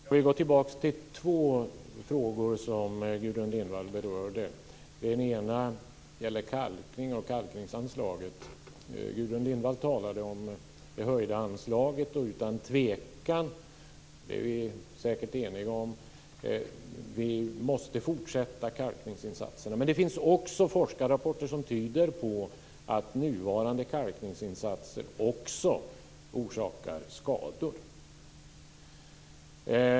Herr talman! Jag vill gå tillbaka till två frågor som Gudrun Lindvall berörde. Den ena gäller kalkning och kalkningsanslaget. Gudrun Lindvall talade om det höjda anslaget. Utan tvekan - det är vi säkert eniga om - så måste vi fortsätta med kalkningsinsatserna. Men det finns forskarrapporter som tyder på att nuvarande kalkningsinsatser också orsakar skador.